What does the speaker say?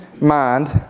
mind